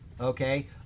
okay